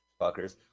fuckers